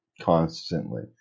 constantly